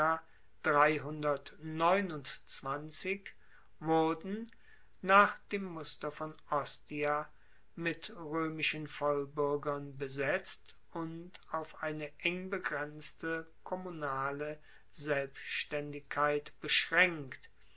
wurden nach dem muster von ostia mit roemischen vollbuergern besetzt und auf eine engbegrenzte kommunale selbstaendigkeit beschraenkt